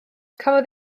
cafodd